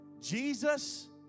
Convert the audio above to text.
Jesus